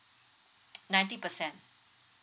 ninety percent